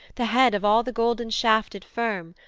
the head of all the golden-shafted firm,